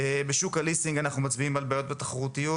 בשוק הליסינג אנחנו מצביעים על בעיות בתחרותיות,